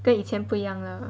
跟以前不一样了